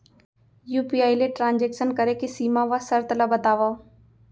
UPI ले transaction करे के सीमा व शर्त ला बतावव?